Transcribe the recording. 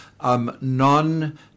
Non